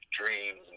dreams